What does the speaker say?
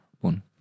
one